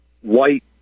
white